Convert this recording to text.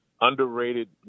underrated